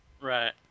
Right